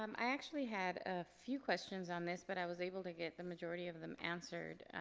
um i actually had a few questions on this but i was able to get the majority of them answered,